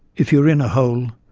if you're in a hole,